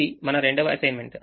ఇది మన రెండవ అసైన్మెంట్